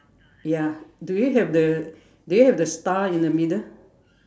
ya do you have the do you have the star in the middle